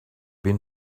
been